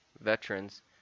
veterans